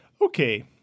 okay